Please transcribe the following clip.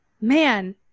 man